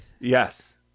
Yes